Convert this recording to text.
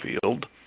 field